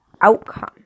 outcome